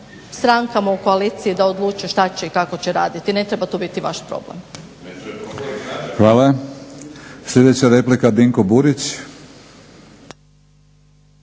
strankama u koaliciji da odluče šta će i kako će raditi, ne treba to biti vaš problem. **Batinić, Milorad (HNS)** Hvala. Sljedeća replika Dinko Burić.